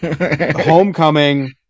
Homecoming